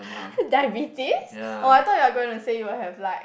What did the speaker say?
diabetes oh I thought you're going to say you will have like